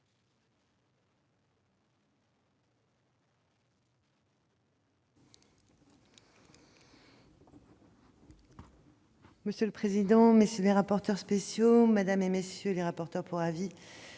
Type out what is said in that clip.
Monsieur le président, messieurs les rapporteurs spéciaux, madame, messieurs les rapporteurs pour avis,